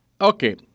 Okay